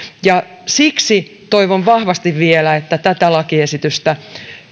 siksi toivon vahvasti vielä että tätä lakiesitystä